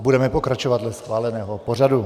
Budeme pokračovat dle schváleného pořadu.